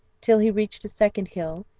till he reached a second hill,